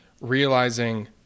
realizing